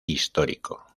histórico